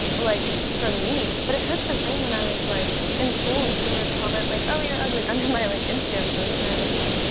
like from me, but it hurts the same when i was like in school and someone would comment like, oh, you're ugly, under my like instagram post and i had and like, what,